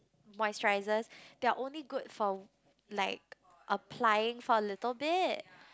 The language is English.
moisturisers they are only good for like applying for a little bit